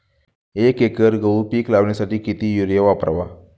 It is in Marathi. एक एकर गहू पीक लावण्यासाठी किती युरिया वापरावा?